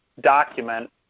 document